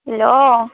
hello